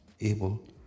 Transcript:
able